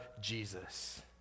Jesus